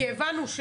כי הבנתי,